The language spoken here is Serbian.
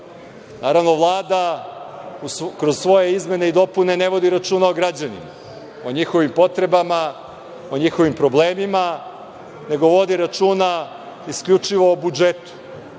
Vlada. Naravno, Vlada kroz svoje izmene i dopune ne vodi računa o građanima, o njihovim potrebama, o njihovim problemima, nego vodi računa isključivo o budžetu,